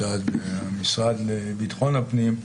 מצד המשרד לביטחון הפנים,